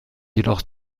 jedoch